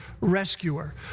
rescuer